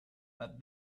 but